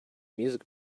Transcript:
music